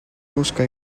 busca